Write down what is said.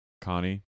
Connie